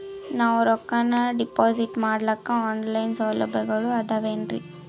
ನಾವು ರೊಕ್ಕನಾ ಡಿಪಾಜಿಟ್ ಮಾಡ್ಲಿಕ್ಕ ಆನ್ ಲೈನ್ ಸೌಲಭ್ಯಗಳು ಆದಾವೇನ್ರಿ?